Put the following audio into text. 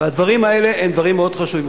והדברים האלה הם דברים מאוד חשובים.